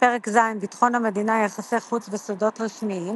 פרק ז' ביטחון המדינה, יחסי חוץ וסודות רשמיים